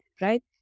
right